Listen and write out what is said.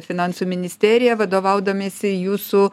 finansų ministerija vadovaudamiesi jūsų